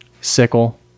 sickle